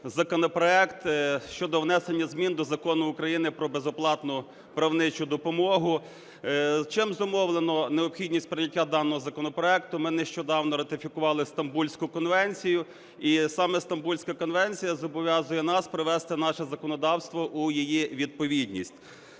законопроект щодо внесення змін до Закону України "Про безоплатну правничу допомогу". Чим зумовлена необхідність прийняття даного законопроекту? Ми нещодавно ратифікували Стамбульську конвенцію, і саме Стамбульська конвенція зобов'язує нас привести наше законодавство у її відповідність.